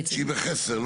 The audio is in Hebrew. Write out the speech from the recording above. אז בעצם מערכת החשמל בחסר,